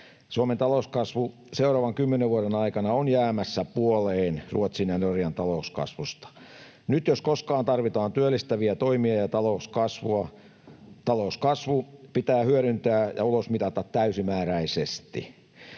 Suomen talouskasvu on seuraavan 10 vuoden aikana jäämässä puoleen Ruotsin ja Norjan talouskasvusta. Nyt jos koskaan tarvitaan työllistäviä toimia ja talouskasvua. Talouskasvu pitää hyödyntää ja ulosmitata täysimääräisesti.